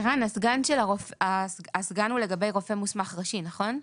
ערן, הסגן הוא לגבי רופא מוסמך ראשי, נכון?